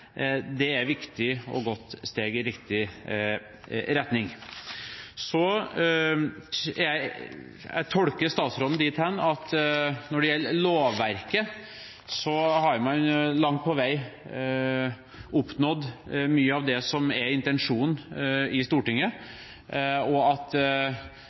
Det er et viktig og godt steg i riktig retning. Jeg tolker statsråden dit hen at når det gjelder lovverket, har man langt på vei oppnådd mye av det som er Stortingets intensjoner, og at